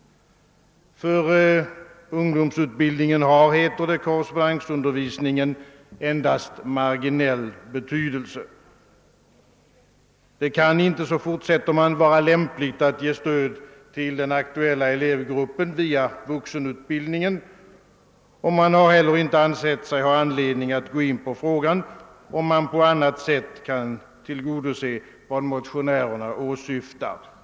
För ungdomsutbildningen har, he-. ter det, korrespondensundervisningen endast marginell betydelse. Det kan inte, fortsätter utskottet, vara lämpligt att ge stöd till den aktuella elevgruppen via vuxenutbildningen. Utskottet har inte heller ansett sig ha anledning att gå in på frågan om man på annat sätt kan tillgodose vad motionärerna åsyftar.